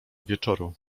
wieczoru